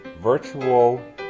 virtual